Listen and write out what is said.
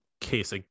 Case